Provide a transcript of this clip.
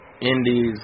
indies